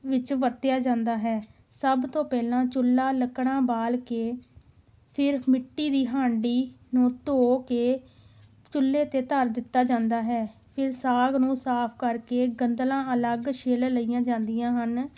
ਵਿੱਚ ਵਰਤਿਆ ਜਾਂਦਾ ਹੈ ਸਭ ਤੋਂ ਪਹਿਲਾਂ ਚੁੱਲਾ ਲੱਕੜਾਂ ਬਾਲ ਕੇ ਫਿਰ ਮਿੱਟੀ ਦੀ ਹਾਂਡੀ ਨੂੰ ਧੋ ਕੇ ਚੁੱਲੇ 'ਤੇ ਧਰ ਦਿੱਤਾ ਜਾਂਦਾ ਹੈ ਫਿਰ ਸਾਗ ਨੂੰ ਸਾਫ਼ ਕਰਕੇ ਗੰਦਲਾਂ ਅਲੱਗ ਛਿਲ ਲਈਆਂ ਜਾਂਦੀਆਂ ਹਨ